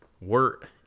wort